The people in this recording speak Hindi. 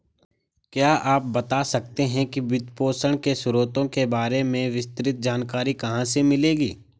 क्या आप बता सकते है कि वित्तपोषण के स्रोतों के बारे में विस्तृत जानकारी कहाँ से मिलेगी?